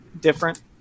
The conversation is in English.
different